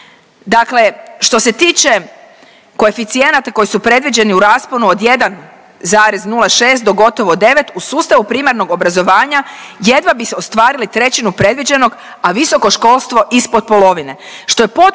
Dakle što se tiče koeficijenata koji su predviđeni u rasponu od 1,06 do gotovo 9 u sustavu primarnog obrazovanja jedva bi se ostvarile trećinu predviđenog, a visoko školstvo ispod polovine